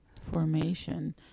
Formation